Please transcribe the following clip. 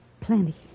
plenty